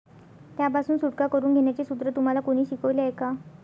त्यापासून सुटका करून घेण्याचे सूत्र तुम्हाला कोणी शिकवले आहे का?